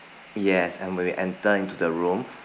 yes and when we enter into the room